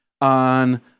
on